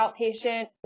outpatient